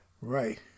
Right